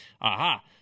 Aha